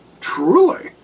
Truly